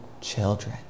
children